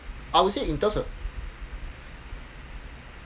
I would say in terms of